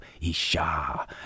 Isha